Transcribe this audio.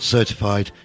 Certified